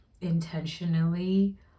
intentionally